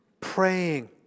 praying